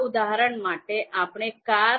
આ ઉદાહરણ માટે આપણે car2